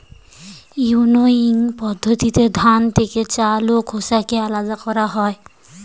winnowing পদ্ধতিতে ধান থেকে চাল ও খোসাকে আলাদা করা হয়